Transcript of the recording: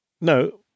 No